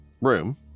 room